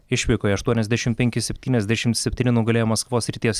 išvykoje aštuoniasdešimt penki septyniasdešimt septyni nugalėjo maskvos srities